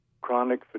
Chronic